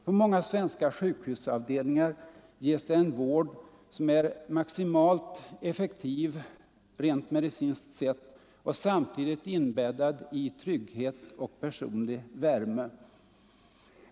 På många svenska sjukhusavdelningar ges det en vård, som är maximalt effektiv rent medicinskt sett och samtidigt inbäddad i trygghet och personlig värme.